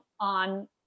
on